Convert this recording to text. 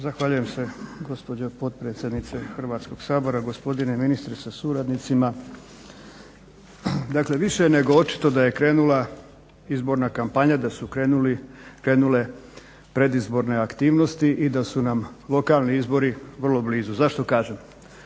Zahvaljujem se gospođo potpredsjednice Hrvatskog sabora, gospodine ministre sa suradnicima. Dakle, više je nego očito da je krenula izborna kampanja, da su krenule predizborne aktivnosti i da su nam lokalni izbori vrlo blizu. Zašto kažem